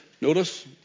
Notice